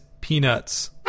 Peanuts